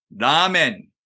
ramen